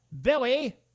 Billy